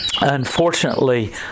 Unfortunately